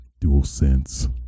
DualSense